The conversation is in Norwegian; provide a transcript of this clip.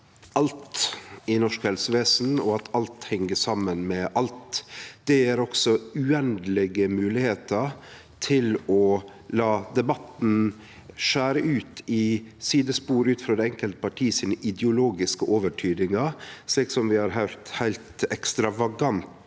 alt i norsk helsevesen, og at alt hengjer saman med alt. Det gjev også uendelege moglegheiter til å la debatten skjere ut i sidespor ut frå det enkelte parti sine ideologiske overtydingar, slik som vi har høyrt heilt ekstravagante,